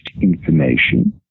information